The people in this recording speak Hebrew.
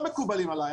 לא מקובלים עלי.